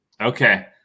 Okay